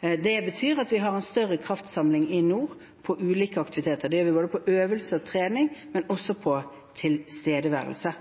Det betyr at vi har en større kraftsamling i nord av ulike aktiviteter. Det gjør vi både når det gjelder øvelse og trening, og også når det gjelder tilstedeværelse.